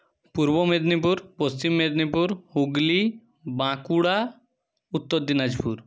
Purba Medinipur Paschim Medinipur Hooghly Bankura Uttar Dinajpur